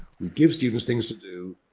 we give students things to do,